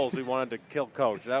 we wanted to kill coach.